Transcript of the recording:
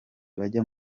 bajya